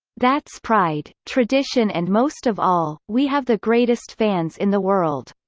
that's pride, tradition and most of all, we have the greatest fans in the world.